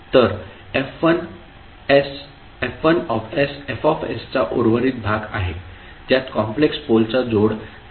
तर F1 F चा उर्वरित भाग आहे ज्यात कॉम्प्लेक्स पोलचा जोड नाही